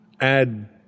add